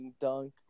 dunk